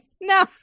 No